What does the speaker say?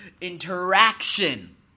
interaction